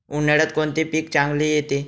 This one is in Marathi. उन्हाळ्यात कोणते पीक चांगले येते?